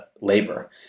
labor